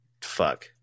Fuck